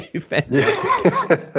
Fantastic